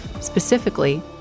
specifically